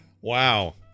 Wow